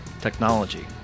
technology